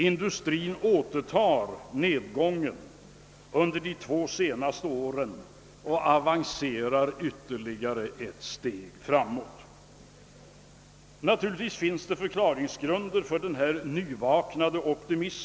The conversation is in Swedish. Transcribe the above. Industrin återtar alltså nedgången under de två senaste åren och avancerar ytterligare ett steg framåt. Naturligtvis finns det förklaringsgrunder för denna nyvaknade optimism.